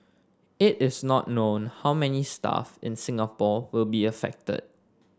it is not known how many staff in Singapore will be affected